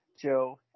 Joe